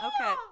Okay